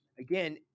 Again